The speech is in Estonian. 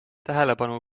tähelepanu